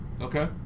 Okay